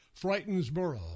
Frightensboro